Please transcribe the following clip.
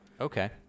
Okay